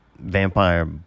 vampire